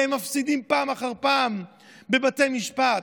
והם מפסידים פעם אחר פעם בבתי משפט.